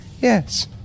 Yes